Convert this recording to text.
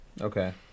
okay